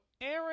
Aaron